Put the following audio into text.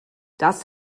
das